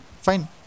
Fine